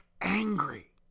angry